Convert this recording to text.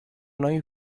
noi